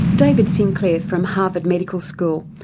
david sinclair from harvard medical school,